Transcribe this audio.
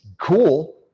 Cool